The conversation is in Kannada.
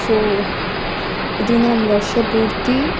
ಸೋ ಇದರಿಂದ ನಮ್ಗೆ ವರ್ಷ ಪೂರ್ತಿ